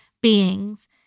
beings